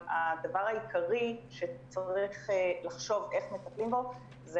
הדבר העיקרי שצריך לחשוב איך מטפלים בו זה